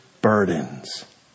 burdens